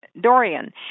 Dorian